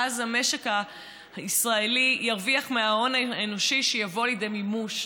ואז המשק הישראלי ירוויח מההון האנושי שיבוא לידי מימוש,